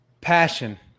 passion